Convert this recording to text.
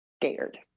scared